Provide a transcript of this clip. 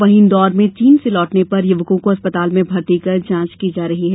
वहीं इंदौर में चीन से लौटने पर युवकों को अस्पताल में भर्ती कर जांच की जा रही है